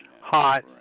hot